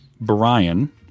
Brian